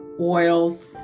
oils